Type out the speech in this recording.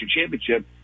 championship